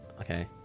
Okay